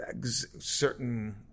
certain